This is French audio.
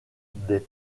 des